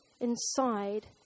inside